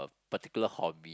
particular hobby